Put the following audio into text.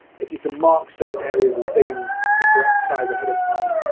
if you can mark certain areas as being the correct size ahead of time,